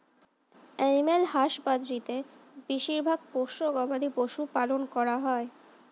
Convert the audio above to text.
animal husbandry তে বেশিরভাগ পোষ্য গবাদি পশু পালন করা হয়